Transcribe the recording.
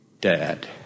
Dad